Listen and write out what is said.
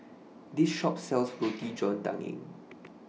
This Shop sells Roti John Daging